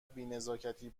بینزاکتی